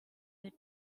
les